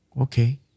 okay